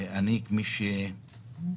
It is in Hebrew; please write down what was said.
אני אומר כמי שמייצג